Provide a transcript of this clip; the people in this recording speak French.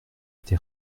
été